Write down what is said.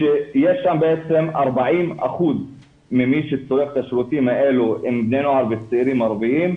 בעצם 40% ממי שצורך את השירותים האלו הם בני נוער וצעירים ערביים,